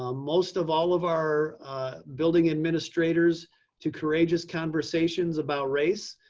ah most of all of our building administrators to courageous conversations about race.